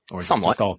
Somewhat